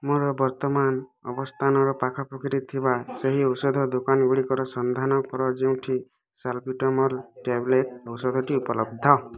ମୋର ବର୍ତ୍ତମାନ ଅବସ୍ଥାନର ପାଖାପାଖିରେ ଥିବା ସେହି ଔଷଧ ଦୋକାନଗୁଡ଼ିକର ସନ୍ଧାନ କର ଯେଉଁଠି ସାଲ୍ବ୍ୟୁଟାମଲ୍ ଟ୍ୟାବ୍ଲେଟ୍ ଔଷଧଟି ଉପଲବ୍ଧ